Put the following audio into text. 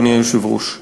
אדוני היושב-ראש.